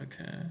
Okay